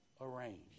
arranged